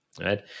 right